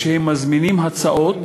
כשהם מזמינים הצעות